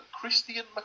Christian